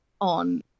on